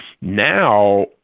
now